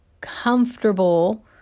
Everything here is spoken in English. comfortable